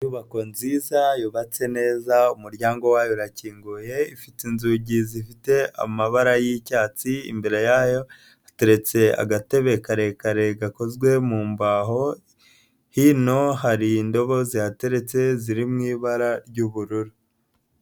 Inyubako nziza yubatse neza, umuryango wayo urakinguye, ifite inzugi zifite amabara y'icyatsi, imbere yayo hateretse agatebe karekare gakozwe mu mbaho, hino hari indobo zihateretse ziri mu ibara ry'ubururu.